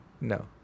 No